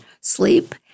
sleep